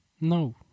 no